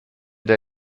der